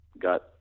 got